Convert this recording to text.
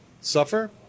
suffer